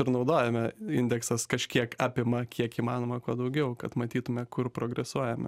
ir naudojame indeksas kažkiek apima kiek įmanoma kuo daugiau kad matytume kur progresuojame